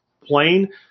plane